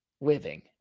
living